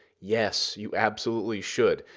yes, you absolutely should.